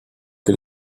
que